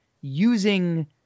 using